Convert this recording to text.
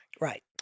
Right